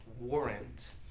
warrant